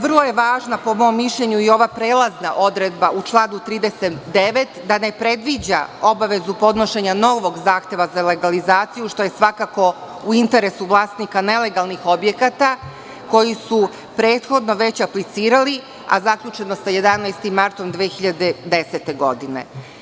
Vrlo je važna, po mom mišljenju, i ova prelazna odredba u članu 39. da ne predviđa obavezu podnošenja novog zahteva za legalizaciju, što je svakako u interesu vlasnika nelegalnih objekata, koji su prethodno već aplicirali, a zaključno sa 11. martom 2010. godine.